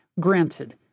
granted